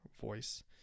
voice